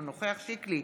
אינו נוכח עמיחי שיקלי,